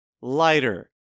Lighter